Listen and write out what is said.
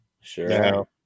Sure